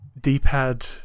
d-pad